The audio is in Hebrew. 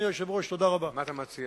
אני מציע